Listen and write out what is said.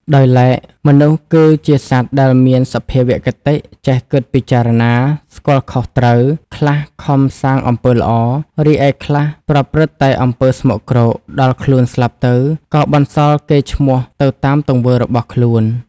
ដោយឡែក មនុស្សគឺជាសត្វដែលមានសភាវគតិ ចេះគិតពិចារណា ស្គាល់ខុសត្រូវ ខ្លះខំសាងអំពើល្អ រីឯអ្នកខ្លះប្រព្រឹត្តតែអំពើស្មោកគ្រោក ដល់ខ្លួនស្លាប់ទៅ ក៏បន្សល់កេរ្តិ៍ឈ្មោះទៅតាមទង្វើរបស់ខ្លួន។